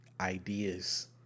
ideas